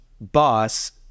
boss